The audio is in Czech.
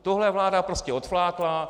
Tohle vláda prostě odflákla.